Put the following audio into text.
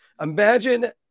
Imagine